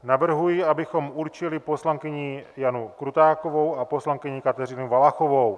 Navrhuji, abychom určili poslankyni Janu Krutákovou a poslankyni Kateřinu Valachovou.